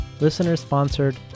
listener-sponsored